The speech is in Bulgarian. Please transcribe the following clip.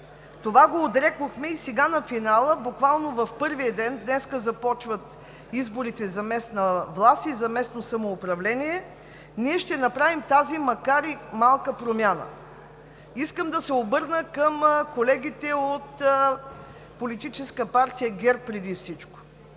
Това го отрекохме и сега на финала, буквално в първия ден – днес започват изборите за местна власт и за местно самоуправление, ние ще направим тази макар и малка промяна. Искам преди всичко да се обърна към колегите от Политическа партия ГЕРБ: имайки